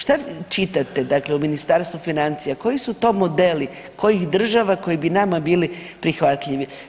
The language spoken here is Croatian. Šta čitate u Ministarstvu financija, koji su to modeli kojih država koji bi nama bili prihvatljivi?